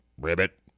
ribbit